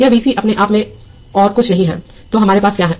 यह Vc अपने आप में और कुछ नहीं है तो हमारे पास क्या है